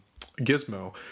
gizmo